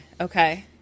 Okay